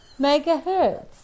Megahertz